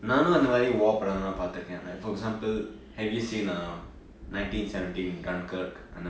நானும் அந்த மாதிரி:naanum antha maathiri war படம்லாம் பாத்திருக்கேன்:padamlaam paathiruken like for example have you seen uh nineteen seventeen dunkirk அந்த மாதிரி:antha maathiri